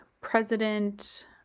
president